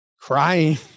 Crying